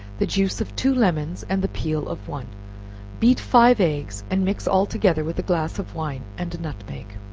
the juice of two lemons and the peel of one beat five eggs, and mix all together with a glass of wine and a nutmeg.